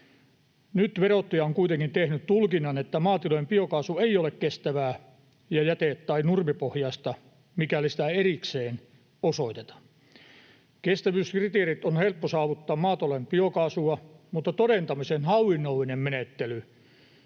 Nyt verottaja on kuitenkin tehnyt tulkinnan, että maatilojen biokaasu ei ole kestävää eikä jäte- tai nurmipohjaista, mikäli sitä ei erikseen osoiteta. Kestävyyskriteerit on helppo saavuttaa maatalouden biokaasulla, mutta todentamisen hallinnollinen menettely